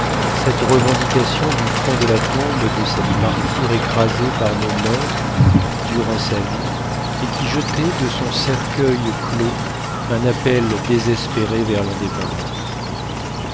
cette revendication du fond de la tombe de cette martyre écrasée par nos moeurs durant sa vie et qui jetait de son cercueil clos un appel désespéré vers l'indépendance